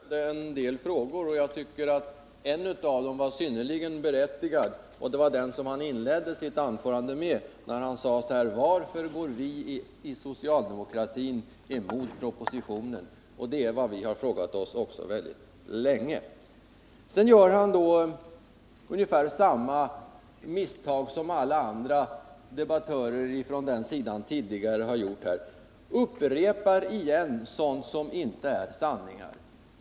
Fru talman! Lars Svensson ställde en del frågor. Jag tycker att en av dem var synnerligen berättigad, nämligen den som han inledde sitt anförande med: Varför går vi i socialdemokratin emot propositionen? Det är vad vi också har frågat oss mycket länge. Sedan gör han ungefär samma misstag som alla andra debattörer från den sidan tidigare har gjort här: Han upprepar sådant som inte är sanningar.